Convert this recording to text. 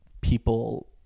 people